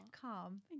calm